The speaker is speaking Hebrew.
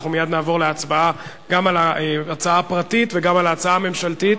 אנחנו מייד נעבור להצבעה גם על ההצעה הפרטית וגם על ההצעה הממשלתית.